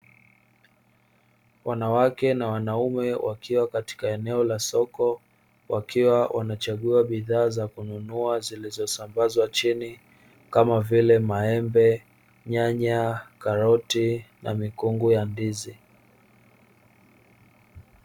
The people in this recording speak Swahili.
Wanawake na wanaume wakiwa katika eneo la soko wakiwa wanachagua bidhaa za kununua zilizosambazwa chini kama vile: maembe, nyanya, karoti na mikungu ya ndizi.